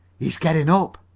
he's getting up.